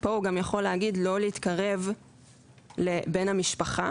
פה הוא גם יכול להגיד לא להתקרב לבן המשפחה.